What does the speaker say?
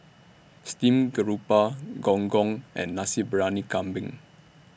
Steamed Garoupa Gong Gong and Nasi Briyani Kambing